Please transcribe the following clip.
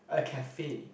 a cafe